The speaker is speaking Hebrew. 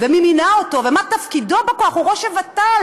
ומי מינה אותו ומה תפקידו בכוח: הוא ראש הוות"ל,